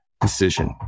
decision